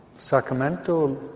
Sacramento